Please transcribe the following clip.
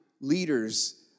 leaders